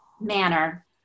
manner